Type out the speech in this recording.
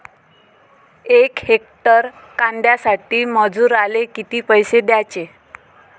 यक हेक्टर कांद्यासाठी मजूराले किती पैसे द्याचे?